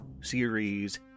series